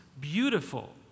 beautiful